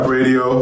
Radio